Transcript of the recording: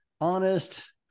honest